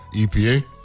EPA